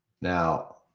Now